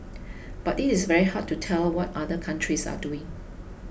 but it is very hard to tell what other countries are doing